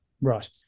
Right